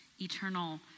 eternal